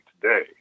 today